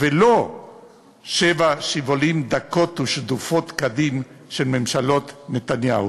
ולא "שבע שיבלים דקות ושדופֹת קדים" של ממשלות נתניהו.